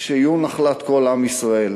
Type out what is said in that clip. ושיהיו נחלת כל עם ישראל.